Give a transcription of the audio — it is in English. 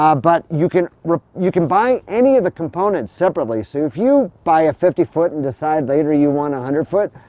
um but you can you can buy any of the components separately. so if you buy a fifty foot and decide later you want a one hundred foot,